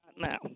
now